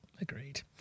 agreed